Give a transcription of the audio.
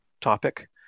topic